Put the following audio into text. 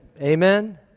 Amen